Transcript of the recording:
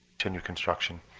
to new construction.